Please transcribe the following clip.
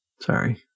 sorry